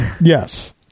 Yes